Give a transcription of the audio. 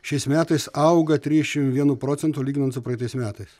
šiais metais auga trisdešim vienu procentu lyginant su praeitais metais